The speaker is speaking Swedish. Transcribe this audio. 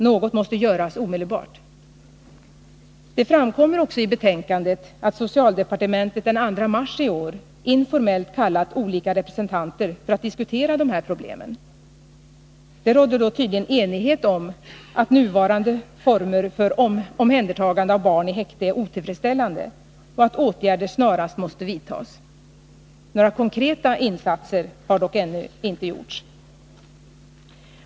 Något måste göras omedelbart! Det framkommer också i betänkandet att socialdepartementet den 2 mars i år informellt kallade olika representanter för att diskutera de här problemen. Det rådde då tydligen enighet om att nuvarande former för omhändertagande av barn i häkte är otillfredsställande och att åtgärder snarast måste vidtas. Några konkreta insatser har dock ännu ej gjorts.